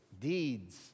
deeds